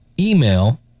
email